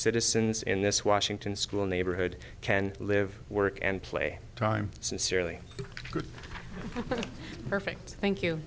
citizens in this washington school neighborhood can live work and play time sincerely good perfect thank you